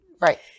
Right